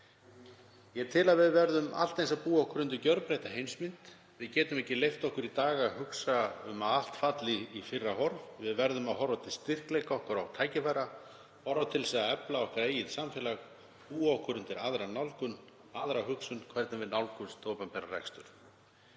Ég tel að við verðum allt eins að búa okkur undir gjörbreytta heimsmynd. Við getum ekki leyft okkur að hugsa að allt falli í fyrra horf. Við verðum að horfa til styrkleika okkar og tækifæra, horfa til þess að efla okkar eigið samfélag, búa okkur undir aðra nálgun, aðra hugsun um hvernig við nálgumst opinberan rekstur.